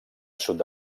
sud